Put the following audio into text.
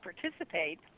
participate